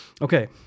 Okay